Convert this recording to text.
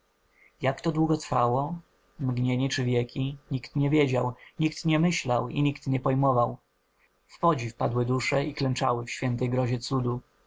jak to długo trwało mgnienie czy wieki nikt nie wiedział nikt nie myślał i nikt nie pojmował w podziw padły dusze i klęczały w świętej grozie cudu